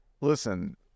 listen